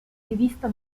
rivista